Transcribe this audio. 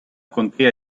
contea